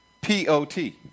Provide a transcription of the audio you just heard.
P-O-T